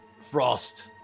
frost